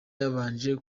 yabanje